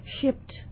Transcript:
shipped